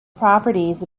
properties